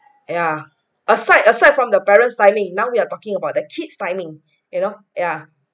yeah aside aside from the parents timing now we are talking about the kids timing you know yeah